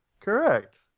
Correct